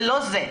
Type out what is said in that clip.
זה לא זה.